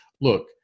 look